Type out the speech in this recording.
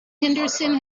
henderson